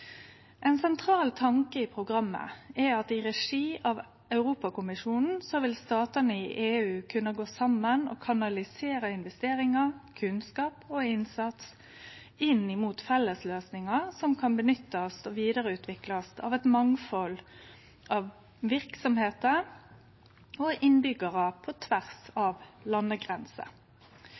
Ein sentral tanke i programmet er at i regi av Europakommisjonen vil statane i EU kunne gå saman og kanalisere investeringar, kunnskap og innsats inn mot felles løysingar som kan nyttast og vidareutviklast av eit mangfald av verksemder og innbyggjarar på tvers av landegrenser.